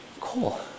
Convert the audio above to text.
Cool